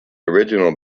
original